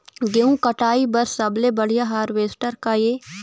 गेहूं कटाई बर सबले बढ़िया हारवेस्टर का ये?